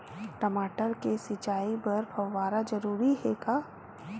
टमाटर के सिंचाई बर फव्वारा जरूरी हे का?